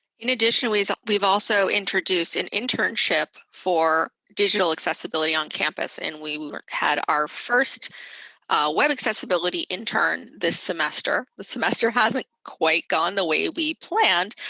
in addition, we've we've also introduced an internship for digital accessibility on campus. and we had our first web accessibility intern this semester. the semester hasn't quite gone the way we planned,